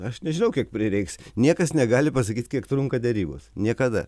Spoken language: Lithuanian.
aš nežinau kiek prireiks niekas negali pasakyt kiek trunka derybos niekada